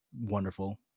wonderful